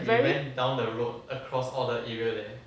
very